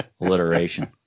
alliteration